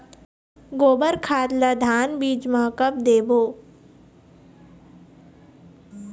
गोबर खाद ला धान बीज म कब देबो?